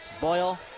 Boyle